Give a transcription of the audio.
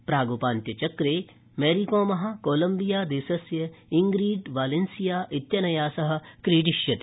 प्राग्पान्त्यचक्रे Mary Kom Colombia देशस्य प्रीट Valencia विनया सह क्रीडिष्यति